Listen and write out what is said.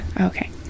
Okay